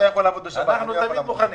אנחנו תמיד מוכנים.